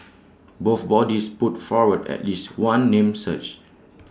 both bodies put forward at least one name search